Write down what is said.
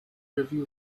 review